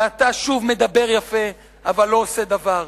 ואתה שוב מדבר יפה, אבל לא עושה דבר.